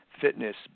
fitness